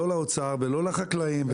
לא לאוצר ולא לחקלאים.